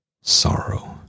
sorrow